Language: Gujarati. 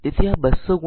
તેથી આ 200 2